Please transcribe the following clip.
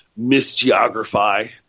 misgeography